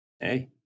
Hey